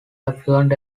affluent